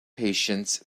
patients